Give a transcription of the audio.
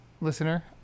listener